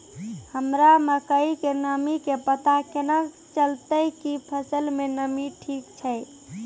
हमरा मकई के नमी के पता केना चलतै कि फसल मे नमी ठीक छै?